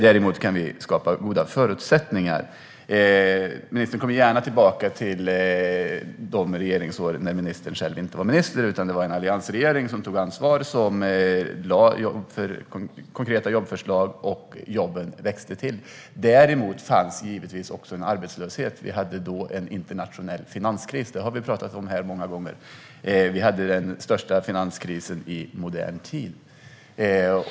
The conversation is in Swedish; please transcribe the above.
Däremot kan vi skapa goda förutsättningar. Ministern kommer gärna tillbaka till de regeringsår då hon själv inte var minister utan det var en alliansregering som tog ansvar och lade fram konkreta jobbförslag; jobben växte till. Däremot fanns det givetvis också en arbetslöshet. Vi hade då en internationell finanskris. Det har vi talat om här många gånger. Vi hade den största finanskrisen i modern tid.